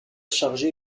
chargée